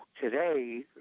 today